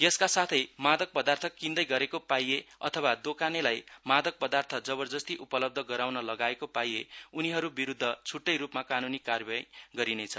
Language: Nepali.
यसका साथै मादक पदार्थ किन्दै गरेको पाइए अथवा दोकानेलाई मादक पदार्थ जबरजस्ती उपलब्ध गराउन लगाएको पाइए उनीहरू विरूद्व छ्ट्टै रूपमा कान्नी कार्वाही गरिनेछ